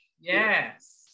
Yes